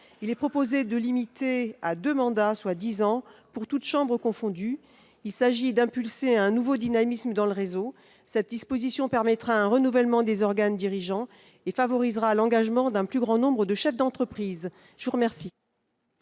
Il est proposé de limiter ce nombre à deux mandats, soit dix ans, pour toutes chambres confondues. Il s'agit d'impulser un nouveau dynamisme dans le réseau. Cette disposition permettra un renouvellement des organes dirigeants et favorisera l'engagement d'un plus grand nombre de chefs d'entreprise. Quel